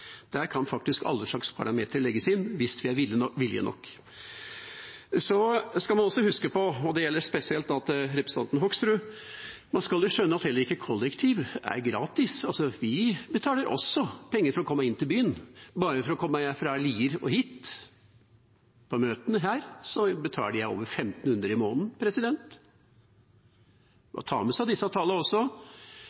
Der kan faktisk alle slags parametre legges inn hvis vi har vilje nok. Så skal vi huske på – og det gjelder spesielt representanten Hoksrud; man må jo skjønne at heller ikke kollektiv er gratis – at vi betaler også penger for å komme inn til byen. Bare for å komme fra Lier og hit, på møtene her, betaler jeg over 1 500 kr i måneden.